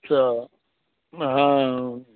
सँ हँ